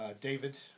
David